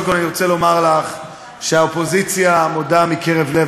קודם כול אני רוצה לומר לך שהאופוזיציה מודה מקרב לב